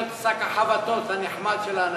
להיות שק החבטות הנחמד של האנשים.